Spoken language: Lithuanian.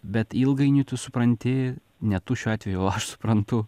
bet ilgainiui tu supranti ne tu šiuo atveju o aš suprantu